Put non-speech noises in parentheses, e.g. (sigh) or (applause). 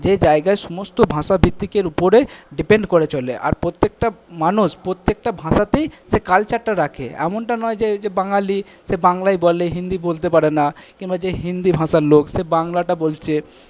যে জায়গায় সমস্ত ভাষা (unintelligible) উপরে ডিপেন্ড করে চলে আর প্রত্যেকটা মানুষ প্রত্যেকটা ভাষাতেই সে কালচারটা রাখে এমনটা নয় যে যে বাঙালি সে বাংলাই বলে হিন্দি বলতে পারে না কিংবা যে হিন্দি ভাষার লোক সে বাংলাটা বলছে